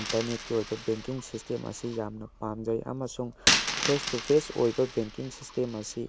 ꯏꯟꯇꯔꯅꯦꯠꯀꯤ ꯑꯣꯏꯕ banking system ꯑꯁꯤ ꯌꯥꯝꯅ ꯄꯥꯝꯖꯩ ꯑꯃꯁꯨꯡ ꯐꯦꯁ ꯇꯨ ꯐꯦꯁ ꯑꯣꯏꯕ ꯕꯦꯡꯀꯤꯡ ꯁꯤꯁꯇꯦꯝ ꯑꯁꯤ